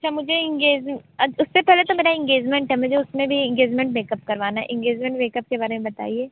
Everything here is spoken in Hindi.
सर मुझे इंगेजमेंट उससे पहले तो मेरा इंगेजमेंट है मुझे उसमें भी इंगेजमेंट मेकअप करवाना है इंगेजमेंट मेकअप के बारे में बताइए